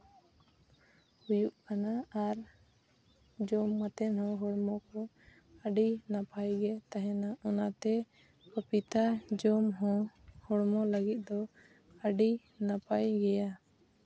ᱦᱩᱭᱩᱜ ᱠᱟᱱᱟ ᱟᱨ ᱡᱚᱢ ᱠᱟᱛᱮ ᱦᱚᱸ ᱦᱚᱲᱢᱚ ᱠᱚ ᱟᱹᱰᱤ ᱱᱟᱯᱟᱭ ᱜᱮ ᱛᱟᱦᱮᱱᱟ ᱚᱱᱟᱛᱮ ᱯᱟᱹᱯᱤᱛᱟ ᱡᱚᱢ ᱦᱚᱸ ᱦᱚᱲᱢᱚ ᱞᱟᱹᱜᱤᱫ ᱫᱚ ᱟᱹᱰᱤ ᱱᱟᱯᱟᱭ ᱜᱮᱭᱟ